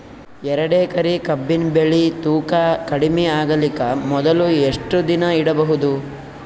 ಎರಡೇಕರಿ ಕಬ್ಬಿನ್ ಬೆಳಿ ತೂಕ ಕಡಿಮೆ ಆಗಲಿಕ ಮೊದಲು ಎಷ್ಟ ದಿನ ಇಡಬಹುದು?